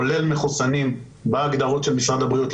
כולל מחוסנים בהגדרות של משרד הבריאות,